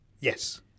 Yes